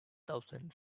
thousand